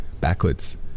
backwards